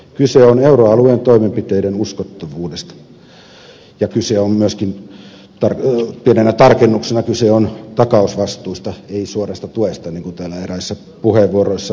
kyse on euroalueen toimenpiteiden uskottavuudesta ja pienenä tarkennuksena kyse on takausvastuista ei suorasta tuesta niin kuin täällä eräissä puheenvuoroissa on annettu ymmärtää